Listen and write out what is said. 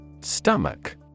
Stomach